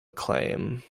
acclaim